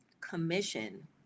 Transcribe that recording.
commission